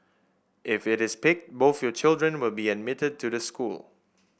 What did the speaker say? if it is picked both your children will be admitted to the school